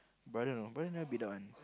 brother no brother never beat up one